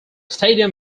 stadium